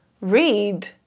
read